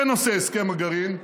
בנושא הסכם הגרעין,